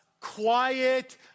quiet